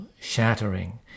shattering